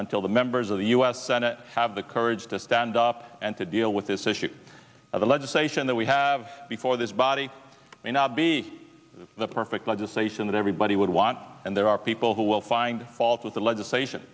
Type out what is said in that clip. until the members of the u s senate have the courage to stand up and to deal with this issue of the legislation that we have before this body may not be the perfect legislation that everybody would want and there are people who will find fault with the legislation